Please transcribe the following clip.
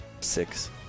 six